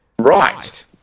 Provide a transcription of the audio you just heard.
Right